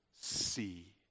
see